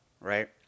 right